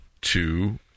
two